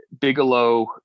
Bigelow